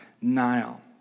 Nile